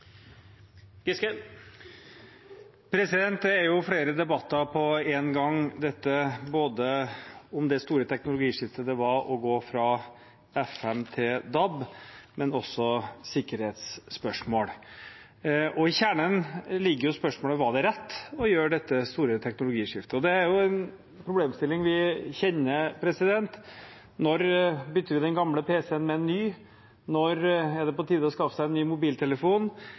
er flere debatter på én gang, både om det store teknologiskiftet å gå fra FM til DAB og også om sikkerhetsspørsmål. Og i kjernen ligger spørsmålet: Var det rett å gjøre dette store teknologiskiftet? Det er en problemstilling vi kjenner. Når bytter vi ut den gamle pc-en med en ny? Når er det på tide å skaffe seg en ny mobiltelefon?